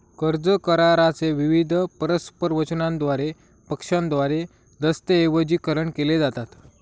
कर्ज करारा चे विविध परस्पर वचनांद्वारे पक्षांद्वारे दस्तऐवजीकरण केले जातात